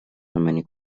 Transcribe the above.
some